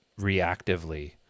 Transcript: reactively